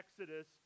Exodus